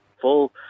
full